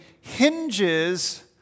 hinges